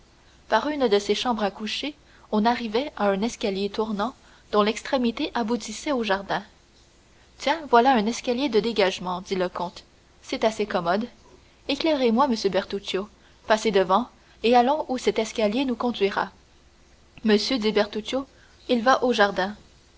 par une de ces chambres à coucher on arrivait à un escalier tournant dont l'extrémité aboutissait au jardin tiens voilà un escalier de dégagement dit le comte c'est assez commode éclairez-moi monsieur bertuccio passez devant et allons où cet escalier nous conduira monsieur dit bertuccio il va au jardin